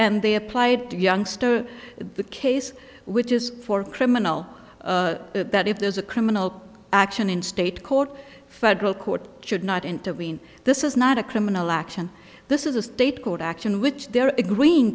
and they applied to youngster the case which is for criminal that if there's a criminal action in state court federal court should not intervene this is not a criminal action this is a state court action which they're agreeing